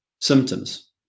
symptoms